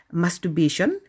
masturbation